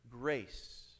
grace